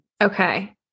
Okay